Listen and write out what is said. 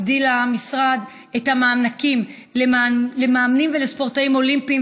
הגדיל המשרד את המענקים למאמנים ולספורטאים אולימפיים